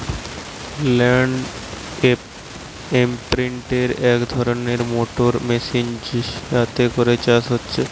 land ইমপ্রিন্টের এক ধরণের মোটর মেশিন যাতে করে চাষ হচ্ছে